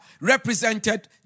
represented